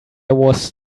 was